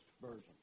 version